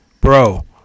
Bro